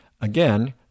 Again